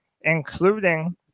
including